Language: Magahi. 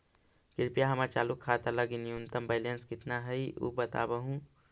कृपया हमर चालू खाता लगी न्यूनतम बैलेंस कितना हई ऊ बतावहुं